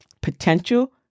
potential